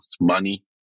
money